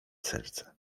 serce